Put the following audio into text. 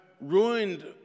ruined